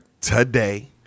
today